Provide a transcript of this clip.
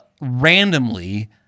randomly